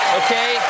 okay